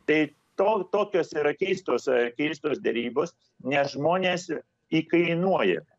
tai to tokios yra keistos keistos derybos nes žmonės įkainuojami